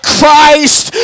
Christ